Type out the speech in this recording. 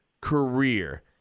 career